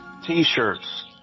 t-shirts